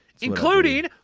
Including